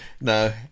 No